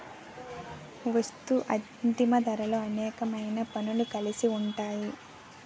వస్తూ అంతిమ ధరలో అనేకమైన పన్నులు కలిసి ఉంటాయి